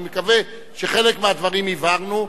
אני מקווה שחלק מהדברים הבהרנו.